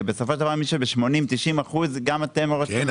כי בסופו של דבר מי שב-80% ו-90% גם אתם לא --- כן,